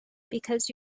because